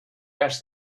asked